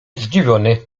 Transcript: zdziwiony